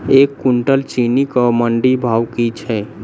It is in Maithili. एक कुनटल चीनी केँ मंडी भाउ की छै?